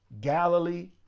Galilee